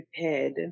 prepared